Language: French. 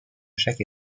chaque